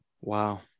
Wow